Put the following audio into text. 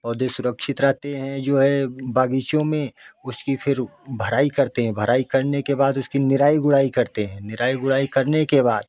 पौधे सुरक्षित रहते हैं जो है बगीचों में उसकी फिर भराई करते है भराई करने के बाद उसकी निराई गुड़ाई करते हैं निराई गुड़ाई करने के बाद